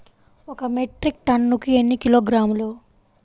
ఒక మెట్రిక్ టన్నుకు ఎన్ని కిలోగ్రాములు?